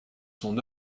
son